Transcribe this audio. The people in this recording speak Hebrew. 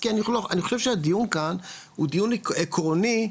כי אני חושב שהדיון כאן הוא דיון עקרוני,